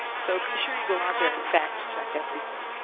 so be sure you go out there and fact check everything.